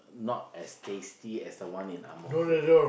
no as tasty as the one in Ang-Mo-Kio